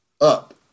up